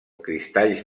cristalls